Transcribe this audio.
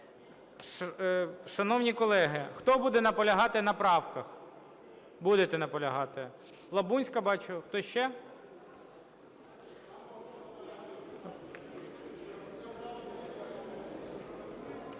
Шановні колеги, хто буде наполягати на правках? Будете наполягати. Лабунська, бачу. Хто ще?